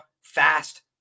fast